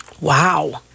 Wow